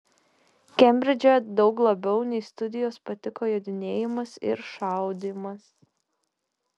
kembridže daug labiau nei studijos patiko jodinėjimas ir šaudymas